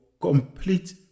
complete